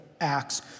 Acts